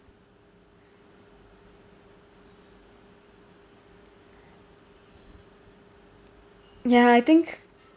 ya I think